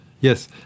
Yes